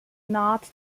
not